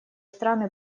страны